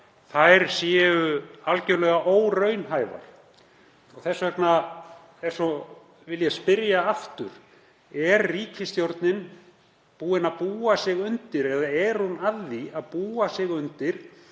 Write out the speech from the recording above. sumar séu algerlega óraunhæfar. Þess vegna vil ég spyrja aftur: Er ríkisstjórnin búin að búa sig undir eða er hún að búa sig undir